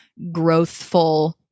growthful